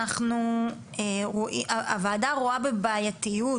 הוועדה רואה בבעייתיות